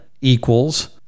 equals